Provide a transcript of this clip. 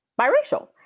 biracial